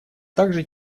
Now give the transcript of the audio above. также